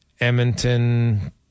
Edmonton